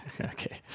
Okay